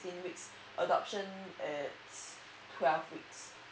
sixteen weeks adoption is twelve weeks